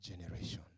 generation